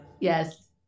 yes